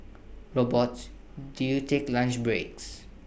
robots do you take lunch breaks